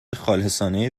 خالصانه